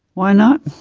why not?